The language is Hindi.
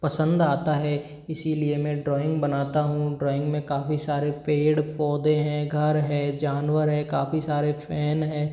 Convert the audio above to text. पसंद आता है इसीलिए मैं ड्रोइंग बनाता हूँ ड्रोइंग में काफ़ी सारे पेड़ पौधे हैं घर हैं जानवर हैं काफ़ी सारे फैन हैं